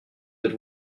êtes